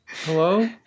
Hello